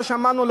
לא שמענו,